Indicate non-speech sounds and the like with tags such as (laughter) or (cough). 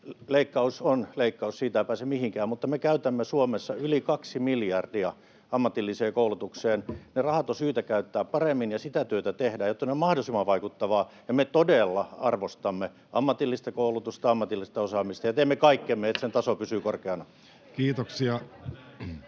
leikkaus on leikkaus, siitä ei pääse mihinkään, mutta me käytämme Suomessa yli kaksi miljardia ammatilliseen koulutukseen. Ne rahat on syytä käyttää paremmin, ja sitä työtä tehdään, jotta se on mahdollisimman vaikuttavaa, ja me todella arvostamme ammatillista koulutusta ja ammatillista osaamista ja teemme kaikkemme, (noise) että sen taso pysyy korkeana. [Speech